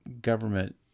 government